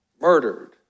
murdered